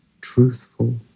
truthful